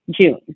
June